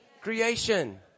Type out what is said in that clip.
creation